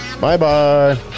Bye-bye